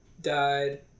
died